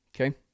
Okay